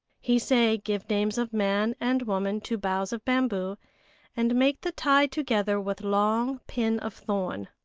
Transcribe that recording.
he say give names of man and woman to boughs of bamboo and make the tie together with long pin of thorn.